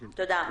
תודה.